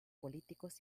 políticos